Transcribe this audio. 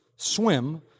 swim